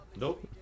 Nope